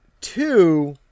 Two